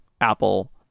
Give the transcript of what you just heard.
Apple